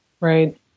Right